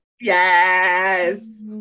yes